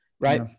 right